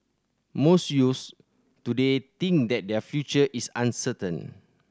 most youths today think that their future is uncertain